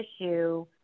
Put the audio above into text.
issue